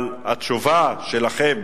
אבל התשובה שלכם